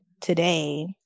today